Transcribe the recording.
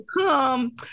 come